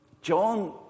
John